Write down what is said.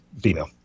female